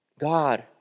God